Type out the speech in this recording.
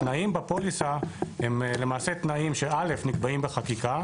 התנאים בפוליסה הם למעשה תנאים שנקבעים בחקיקה.